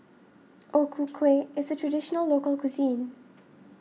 O Ku Kueh is a Traditional Local Cuisine